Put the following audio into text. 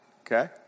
okay